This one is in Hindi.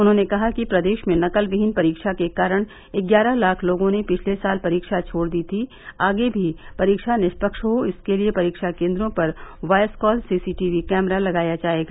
उन्होंने कहा कि प्रदेश में नकल विहीन परीक्षा के कारण ग्यारह लाख लोगों ने पिछले साल परीक्षा छोड़ दी थी आगे भी परीक्षा निष्पक्ष हो इसके लिए परीक्षा केन्द्रों पर वॉयस कॉल सीसीटीवी कैमरा लगाया जायेगा